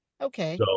Okay